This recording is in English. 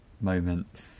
moment